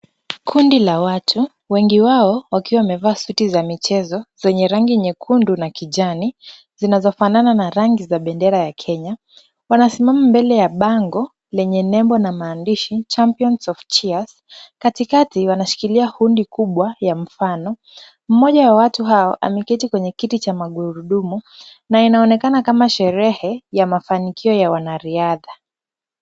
Kundi la watu, wengi wao wakiwa wamevaa suti za michezo zenye rangi nyekundu na kijani, zinazofanana na rangi za bendera ya Kenya, wanasiama mbele ya bango lenye nembo na maandishi, champions of cheers . Katikati wanashikilia hundi kubwa ya mfano. Mmoja wa watu hao ameketi kwenye kiti cha magurudumu, na inaonekana kama sherehe ya mafanikio ya riadha.